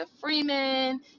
Freeman